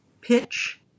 pitch